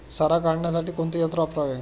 सारा काढण्यासाठी कोणते यंत्र वापरावे?